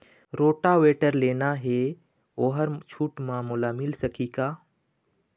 Rotavator लेना हे ओहर छूट म मोला मिल सकही का?